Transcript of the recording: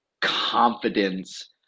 confidence